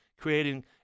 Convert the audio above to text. creating